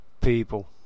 People